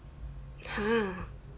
!huh!